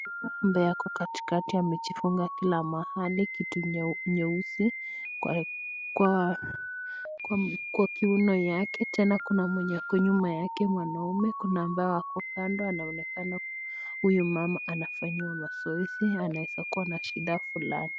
Dada ambaye ako katikati amejifunga kila mahali, kitu nyeusi kwa kiuno yake. Tena kuna mwenye ako nyuma yake mwanaume kuna ambao wako kando, anaonekana huyu mama anafanyiwa mazoezi anaweza kuwa na shida fulani.